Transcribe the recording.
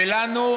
ולנו,